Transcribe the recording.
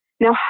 Now